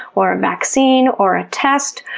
or a vaccine, or a test,